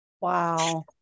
Wow